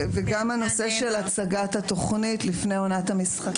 וגם הנושא של הצגת התוכנית לפני עונת המשחקים.